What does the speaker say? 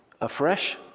afresh